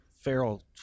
feral